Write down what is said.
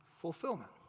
fulfillment